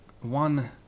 one